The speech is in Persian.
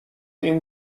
این